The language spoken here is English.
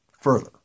further